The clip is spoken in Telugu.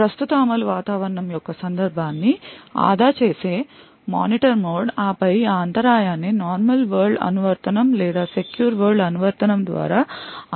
ప్రస్తుత అమలు వాతావరణం యొక్క సందర్భాన్ని ఆదా చేసే మానిటర్ మోడ్ ఆపై ఆ అంతరాయాన్ని నార్మల్ వరల్డ్ అనువర్తనం లేదా సెక్యూర్ వరల్డ్ అనువర్తనం ద్వారా అందించాలా వద్దా అని నిర్ణయిస్తుంది